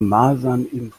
masernimpfmuffel